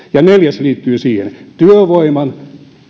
neljäs liittyy siihen työvoiman